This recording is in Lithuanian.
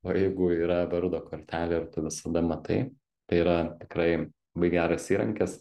o jeigu yra vardo kortelė ir tu visada matai tai yra tikrai labai geras įrankis